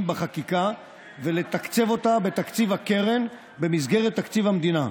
בחקיקה ולתקצב אותה בתקציב הקרן במסגרת תקציב המדינה.